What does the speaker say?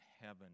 heaven